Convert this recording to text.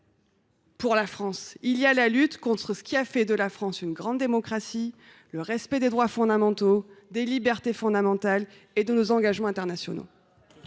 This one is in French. pour la France : il y a seulement la lutte contre ce qui a fait de la France une grande démocratie, à savoir le respect des droits fondamentaux, des libertés fondamentales et de nos engagements internationaux.